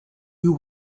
you